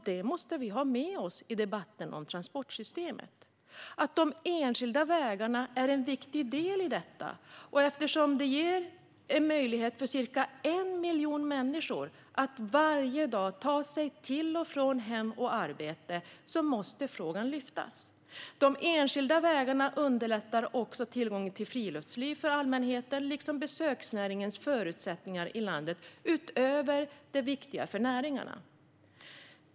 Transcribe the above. Det måste vi ha med oss i debatten om transportsystemet. De enskilda vägarna är en viktig del i detta eftersom de gör det möjligt för ca 1 miljon människor att varje dag ta sig till och från hem och arbete. Därför måste frågan lyftas. De enskilda vägarna underlättar också tillgången till friluftsliv för allmänheten liksom besöksnäringens förutsättningar i landet utöver det viktiga för näringarna.